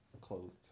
clothed